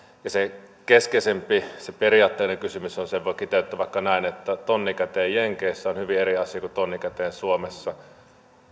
se keskeisempi se periaatteellinen kysymys on sen voi kiteyttää vaikka näin tonni käteen jenkeissä on hyvin eri asia kuin tonni käteen suomessa